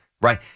right